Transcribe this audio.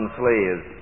slaves